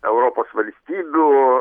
europos valstybių